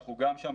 אנחנו שם,